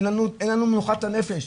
אין לנו מנוחת הנפש,